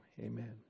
Amen